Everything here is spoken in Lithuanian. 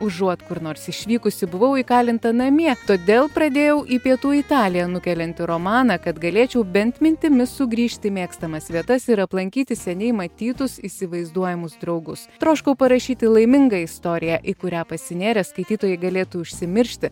užuot kur nors išvykusi buvau įkalinta namie todėl pradėjau į pietų italiją nukeliantį romaną kad galėčiau bent mintimis sugrįžti į mėgstamas vietas ir aplankyti seniai matytus įsivaizduojamus draugus troškau parašyti laimingą istoriją į kurią pasinėrę skaitytojai galėtų užsimiršti